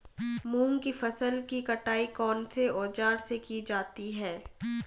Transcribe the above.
मूंग की फसल की कटाई कौनसे औज़ार से की जाती है?